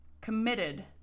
committed